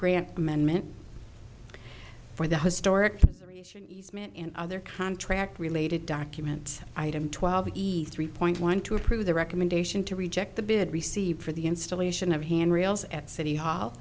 grant amendment for the historic and other contract related document item twelve e's three point one two approve the recommendation to reject the bid received for the installation of handrails at city hall